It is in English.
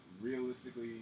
realistically